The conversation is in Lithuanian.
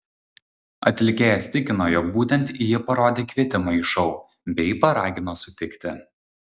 atlikėjas tikino jog būtent ji parodė kvietimą į šou bei paragino sutikti